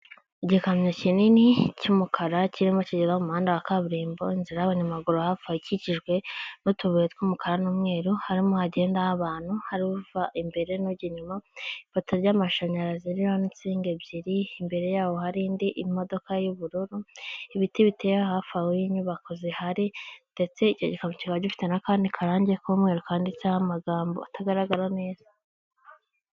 Igikamyo kinini cy'umukara kirimo kigenda mu muhanda wa kaburimbo, inzira y'abanyamaguru hafi aho ikikijwe n'utubuye tw'umukara n'umweru, harimo hagendaho abantu, hari uva imbere n'ujya inyuma, ipoto ry'amashanyarazi ririho n'insinga ebyiri, imbere yaho hari indi imodoka y'ubururu, ibiti biteye hafi aho y'inyubako zihari ndetse icyo gikamyo kikaba gifite n'akandi karangi k'umweru kanditseho amagambo atagaragara neza.